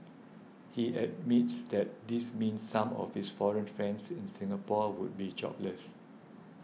he admits that this means some of his foreign friends in Singapore would be jobless